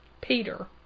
Peter